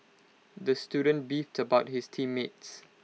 the student beefed about his team mates